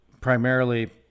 primarily